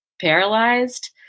paralyzed